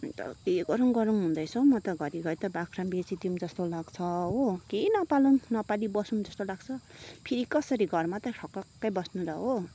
अन्त के गरौँ गरौँ हुँदैछ हौ म त घरिघरि त बाख्रा पनि बेचिदिउँ जस्तो लाग्छ हो केही नपालौँ नपाली बसौँ जस्तो लाग्छ फेरि कसरी घरमा त थपक्कै बस्नु त हो